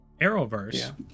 Arrowverse